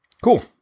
Cool